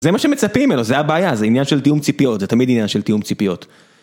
זה מה שמצפים ממנו, זה הבעיה, זה עניין של תאום ציפיות, זה תמיד עניין של תאום ציפיות.